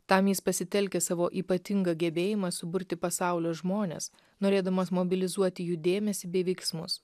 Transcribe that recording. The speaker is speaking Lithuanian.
tam jis pasitelkia savo ypatingą gebėjimą suburti pasaulio žmones norėdamas mobilizuoti jų dėmesį bei veiksmus